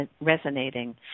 resonating